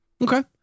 Okay